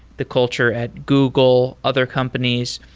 the culture at google, other companies.